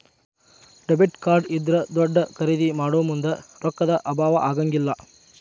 debit card ಇದ್ರಾ ದೊಡ್ದ ಖರಿದೇ ಮಾಡೊಮುಂದ್ ರೊಕ್ಕಾ ದ್ ಅಭಾವಾ ಆಗಂಗಿಲ್ಲ್